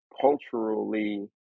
culturally